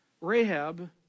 Rahab